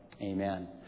Amen